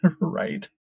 Right